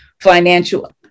financial